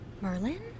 Merlin